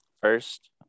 First